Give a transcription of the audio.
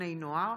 ובני נוער.